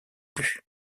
plus